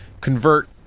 convert